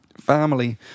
family